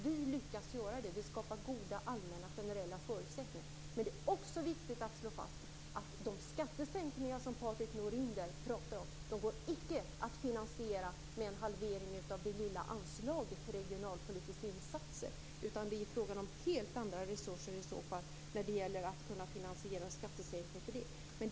Vi lyckas göra det. Vi skapar goda allmänna, generella förutsättningar. Det är också viktigt att slå fast att de skattesänkningar som Patrik Norinder pratar om icke går att finansiera med en halvering av det lilla anslaget till regionalpolitiska insatser. Det är fråga om helt andra resurser när det gäller att finansiera en skattesänkning.